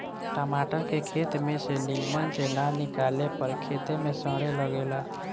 टमाटर के खेत में से निमन से ना निकाले पर खेते में सड़े लगेला